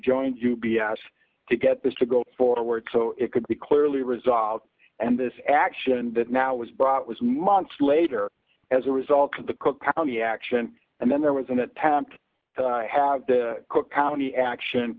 joined u b s to get this to go forward so it could be clearly resolved and this action that now was brought was months later as a result of the cook county action and then there was an attempt to have the cook county action